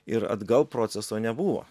ir atgal proceso nebuvo